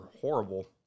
horrible